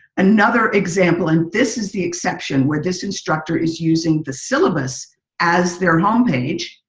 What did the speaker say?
another example, and this is the exception where this instructor is using the syllabus as their home page.